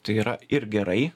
tai yra ir gerai